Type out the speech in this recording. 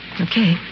Okay